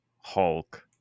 Hulk